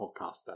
podcaster